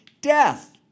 death